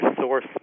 source